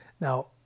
now